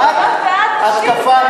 רק התקפה,